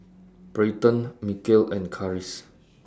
Brayden Mikeal and Karis